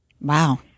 Wow